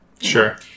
Sure